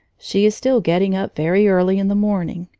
she is still getting up very early in the morning,